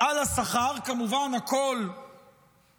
על השכר, כמובן, הכול לכאורה,